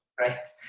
right?